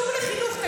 מה זה קשור לחינוך?